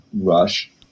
Rush